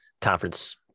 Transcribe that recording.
conference